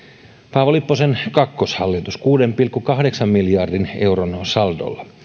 paavo lipposen kakkoshallitus kuuden pilkku kahdeksan miljardin euron saldolla